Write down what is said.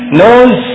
knows